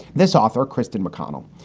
this author, kristin mcconnell,